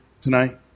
tonight